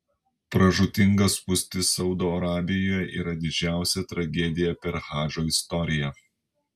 pražūtinga spūstis saudo arabijoje yra didžiausia tragedija per hadžo istoriją